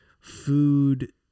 food